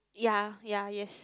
yea yea yes